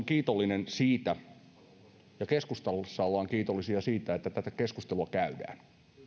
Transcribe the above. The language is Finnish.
kiitollinen siitä ja keskustassa ollaan kiitollisia siitä että tätä keskustelua käydään